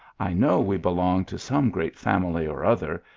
i know we belong to some great family or other,